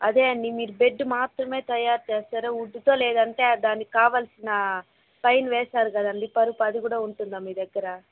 అదే అండి మీరు బెడ్డు మాత్రమే తయారు చేస్తారా వుడ్తో లేదంటే దానికి కావలసిన పైన వేస్తారు కదా అండి పరుపు అది కూడా మీ దగ్గర ఉంటుందా మీ దగ్గర